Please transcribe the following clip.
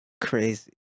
Crazy